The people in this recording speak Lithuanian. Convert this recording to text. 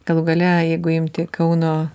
galų gale jeigu imti kauno